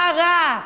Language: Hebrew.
מה רע?